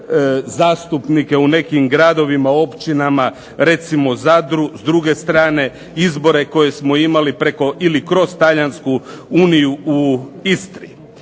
zastupnike u nekim gradovima, općinama, recimo Zadru s druge strane, izbore koje smo imali preko ili kroz talijansku uniju u Istri.